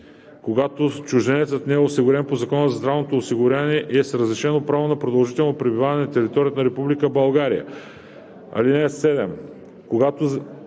когато чужденецът не е осигурен по Закона за здравното осигуряване и е с разрешено право на продължително пребиваване на територията на Република България. (7)